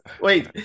Wait